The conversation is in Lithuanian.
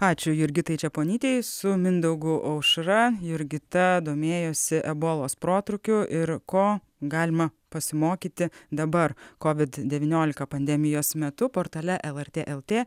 ačiū jurgitai čeponytei su mindaugu aušra jurgita domėjosi ebolos protrūkiu ir ko galima pasimokyti dabar kovid devyniolika pandemijos metu portale lrt lt